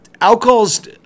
alcohols